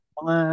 mga